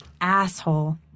Asshole